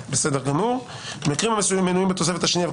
"במקרים המנויים בתוספת השנייה,